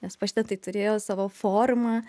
nes paštetai turėjo savo formą